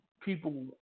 people